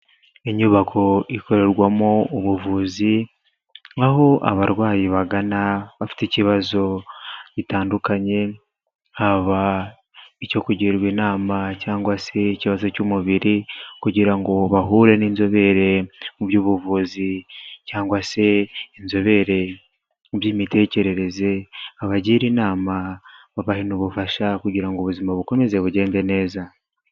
Inyubako ikorerwamo ubuvuzi aho abarwayi bagana bafite ibibazo bitandukanye, haba icyo kugirwa inama cyangwa se ikibazo cy'umubiri, kugira ngo bahure n'inzobere mu by'ubuvuzi cyangwa se inzobere by'imitekerereze abagira inama babahe n'ubufasha kugira ubuzima bukomeze bugende neza.